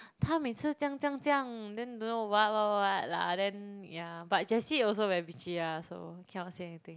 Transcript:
他每次这样这样这样 then don't know what what what lah then yeah but Jessie also very bitchy lah so cannot say anything